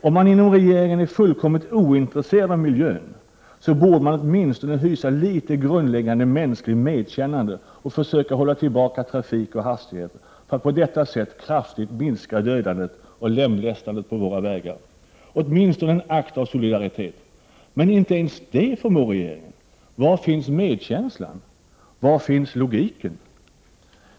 Om man inom regeringen är fullkomligt ointresserad av miljön, så borde man åtminstone hysa litet grundläggande mänskligt medkännande och försöka hålla tillbaka trafik och hastigheter för att på detta sätt kraftigt minska dödandet och lemlästandet på våra vägar, åtminstone som en akt av solidaritet. Men inte ens det förmår regeringen. Var finns medkänslan? Var finns logiken?